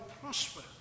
prosper